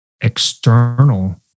external